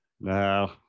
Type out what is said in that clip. no